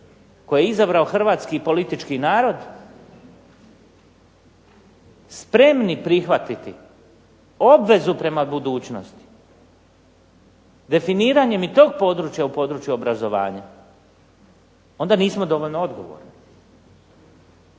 koje je izabrao hrvatski politički narod spremni prihvatiti obvezu prema budućnosti definiranjem i tog područja u području obrazovanja onda nismo dovoljno odgovorni.